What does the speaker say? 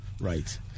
Right